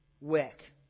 wick